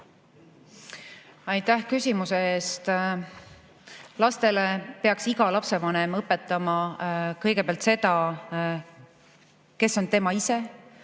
Aitäh küsimuse eest! Lapsele peaks iga lapsevanem õpetama kõigepealt seda, kes on tema ise,